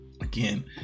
again